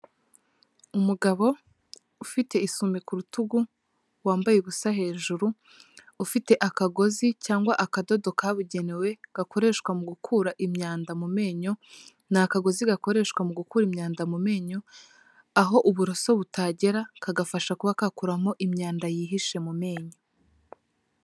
Umugabo ufite isume ku rutugu wambaye ubusa hejuru, ufite akagozi cyangwa akadodo kabugenewe gakoreshwa mu gukura imyanda mu menyo, ni akagozi gakoreshwa mu gukura imyanda mu menyo, aho uburoso butagera kagafasha kuba kakuramo imyanda yihishe mu menyo.